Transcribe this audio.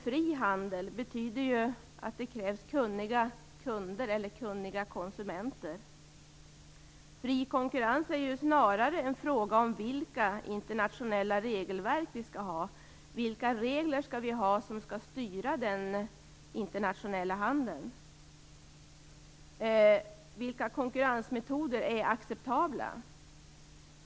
Fri handel betyder ju att det krävs kunniga kunder och konsumenter. Fri konkurrens är ju snarare en fråga om vilka internationella regelverk vi skall ha. Vilka regler skall vi ha som skall styra den internationella handeln? Vilka konkurrensmetoder är acceptabla?